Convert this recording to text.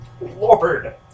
Lord